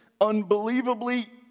unbelievably